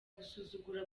gusuzugura